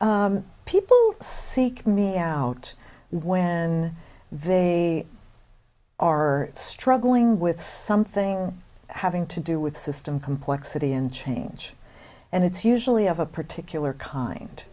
people who seek me out when they are struggling with something having to do with system complexity and change and it's usually of a particular kind